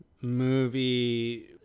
movie